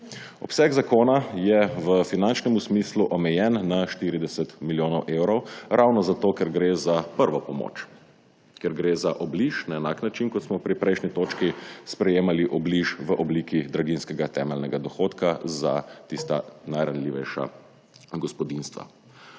Obseg zakona je v finančnem smislu omejen na 40 milijonov evrov ravno zato, ker gre za prvo pomoč, ker gre za obliž na enak način kot smo pri prejšnji točki sprejemali obliž v obliki draginjskega temeljnega dohodka za tista najranljivejša gospodinjstva.